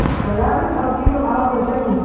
बाजार मे सब्जी क भाव कैसे मिली?